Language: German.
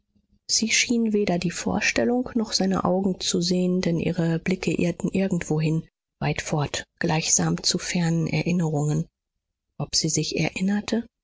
sie schien weder die vorstellung noch seine augen zu sehen denn ihre blicke irrten irgendwohin weit fort gleichsam zu fernen erinnerungen ob sie sich erinnerte